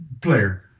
player